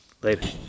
Later